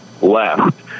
left